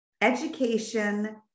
education